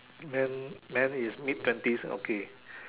man man is mid twenties okay